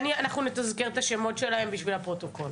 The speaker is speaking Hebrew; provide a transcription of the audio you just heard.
אנחנו נתזכר את השמות שלהם בשביל הפרוטוקול.